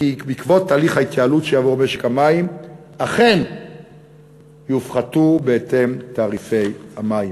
ובעקבות תהליך ההתייעלות שיעבור משק המים אכן יופחתו בהתאם תעריפי המים.